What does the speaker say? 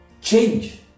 Change